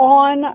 on